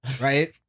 right